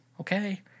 okay